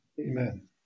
Amen